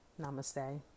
namaste